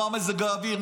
מה מזג האוויר,